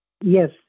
Yes